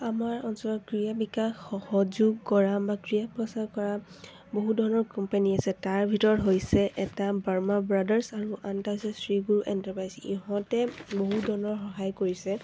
আমাৰ অঞ্চলত ক্ৰীড়া বিকাশ সহযোগ কৰা বা ক্ৰীড়া প্ৰচাৰ কৰা বহু ধৰণৰ কোম্পানী আছে তাৰ ভিতৰত হৈছে এটা বাৰ্মা ব্ৰাদাৰ্ছ আৰু আন এটা হৈছে শ্ৰী গুৰু এণ্টাৰপ্ৰাইজ ইহঁতে বহুত ধৰণৰ সহায় কৰিছে